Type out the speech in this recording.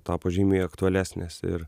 tapo žymiai aktualesnės ir